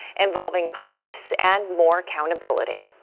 involving police and more accountability.